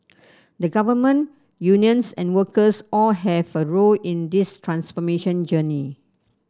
the Government unions and workers all have a role in this transformation journey